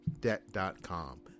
Debt.com